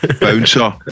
bouncer